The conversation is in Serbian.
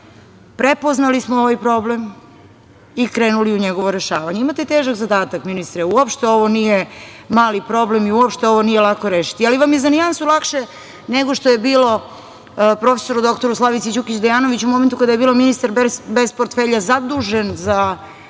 Prepoznali smo ovaj problem i krenuli u njegovo rešavanje. Imate težak zadatak ministre, uopšte ovo nije mali problem i uopšte ovo nije lako rešiti, ali vam je za nijansu lakše nego što je bilo prof. dr Slavici Đukić Dejanović u momentu kada je bila ministar bez portfelja zadužen za